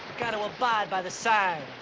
gotta abide by the signs.